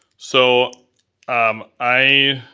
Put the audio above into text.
so um i